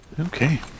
okay